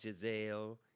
Giselle